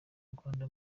rwanda